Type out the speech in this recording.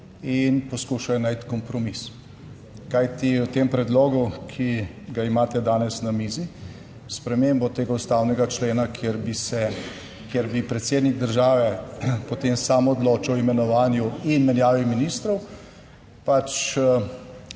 in poskušajo najti kompromis, kajti v tem predlogu, ki ga imate danes na mizi, spremembo tega ustavnega člena, kjer bi se, kjer bi predsednik države potem sam odločal o imenovanju in menjavi ministrov, del